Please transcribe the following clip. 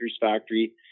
factory